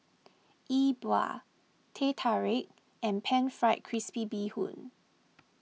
E Bua Teh Tarik and Pan Fried Crispy Bee Hoon